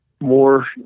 more